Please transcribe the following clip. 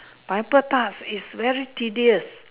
pineapple tarts is very tedious